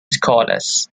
scholars